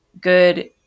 good